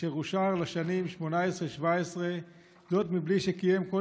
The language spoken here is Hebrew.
אשר אושר לשנים 2017 2018 בלי שקיים כל